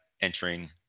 entering